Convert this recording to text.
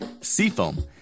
Seafoam